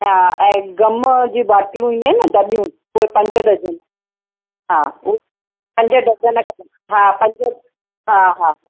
हा ऐं गम जूं बॉटिलियूं ईंदियूं आहिनि न दबियूं उहे पंज दर्जन हा उहे पंज दर्जन खपनि हा हा हा